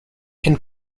can